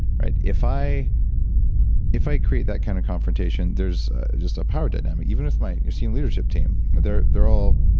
right? if i if i create that kind of confrontation, there's just a power dynamic, even if my senior leadership team, they're they're all